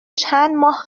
چندماه